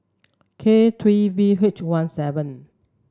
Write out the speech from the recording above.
K three V H one seven